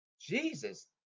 Jesus